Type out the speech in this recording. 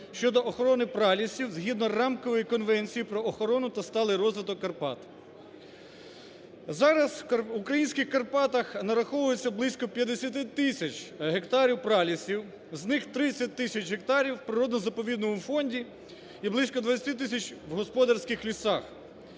щодо охорони пралісів згідно Рамкової конвенції про охорону та сталий розвиток Карпат. Зараз в українських Карпатах нараховується близько 50 тисяч гектарів пралісів, з них 30 тисяч гектарів в природо-заповідному фонді і близько 20 тисяч в господарських лісах.